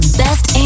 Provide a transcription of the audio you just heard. best